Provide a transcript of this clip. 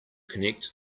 connect